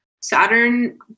Saturn